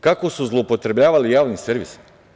Kako su zloupotrebljavali javni servis?